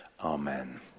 amen